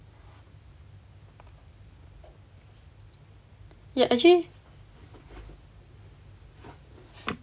ya actually